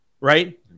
right